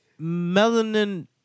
melanin